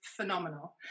phenomenal